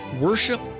worship